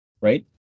Right